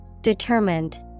Determined